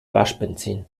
waschbenzin